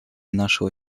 нашего